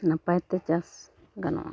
ᱱᱟᱯᱟᱭᱛᱮ ᱪᱟᱥ ᱜᱟᱱᱚᱜᱼᱟ